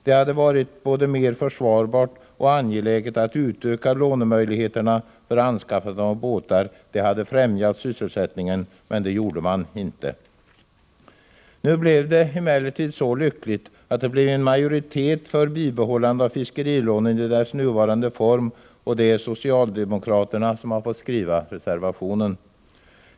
Det hade varit både mer försvarbart och mer angeläget att utöka lånemöjligheterna för anskaffande av båtar. Det hade främjat sysselsättningen. Men det gjorde man inte. Nu blev det emellertid så lyckligt att vi fick en majoritet i utskottet för bibehållande av fiskerilånen i deras nuvarande form, och det är socialdemokraterna som har fått skriva reservationen.